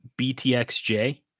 BTXJ